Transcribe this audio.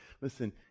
Listen